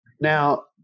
Now